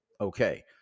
Okay